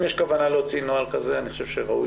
אם יש כוונה להוציא נוהל כזה אני חושב שראוי